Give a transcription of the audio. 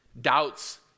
doubts